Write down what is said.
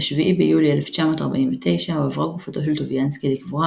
ב-7 ביולי 1949 הועברה גופתו של טוביאנסקי לקבורה